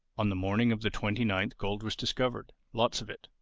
on the morning of the twenty ninth gold was discovered, lots of it,